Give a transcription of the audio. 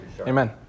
Amen